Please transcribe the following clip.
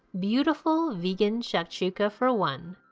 beautiful vegan shashuka for one.